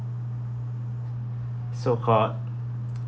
so-called